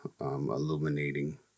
illuminating